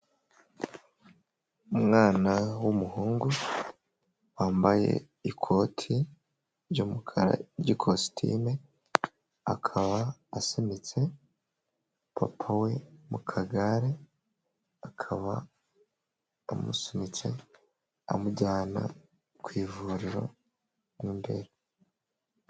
Umwana w'umuhungu wambaye ikoti ry'umukara ry'ikositime, akaba asunitse papa we mu kagare, akaba amusunitse amujyana ku ivuriro mo imbere.